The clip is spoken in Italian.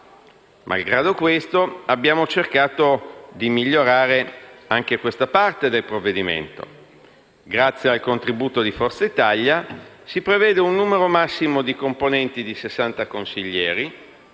Malgrado questo, abbiamo cercato di migliorare anche questa parte del provvedimento: grazie al contributo di Forza Italia, si prevede un numero massimo dei componenti di 60 consiglieri,